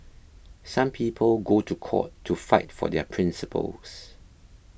some people go to court to fight for their principles